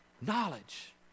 knowledge